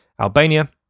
albania